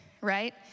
right